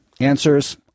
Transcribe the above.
answers